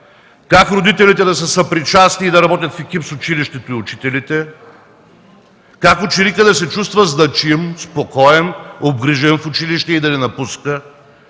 как родителите да са съпричастни и да работят в екип с училището и учителите; как ученикът да се чувства значим, спокоен, обгрижен в училище и да не напуска,